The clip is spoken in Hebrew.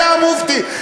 היה המופתי,